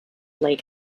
lake